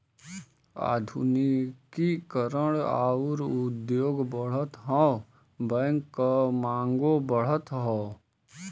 आधुनिकी करण आउर उद्योग बढ़त हौ बैंक क मांगो बढ़त हौ